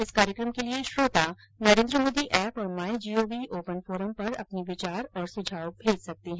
इस कार्यक्रम के लिए श्रोता नरेन्द्र मोदी एप और माई जीओवी ओपन फोरम पर अपने विचार और सुझाव भेज सकते हैं